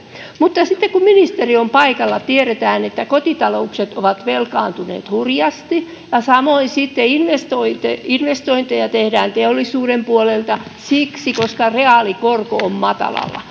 mutta sitten koska ministeri on paikalla tiedetään että kotitaloudet ovat velkaantuneet hurjasti ja samoin sitten että investointeja tehdään teollisuuden puolelta siksi koska reaalikorko on matalalla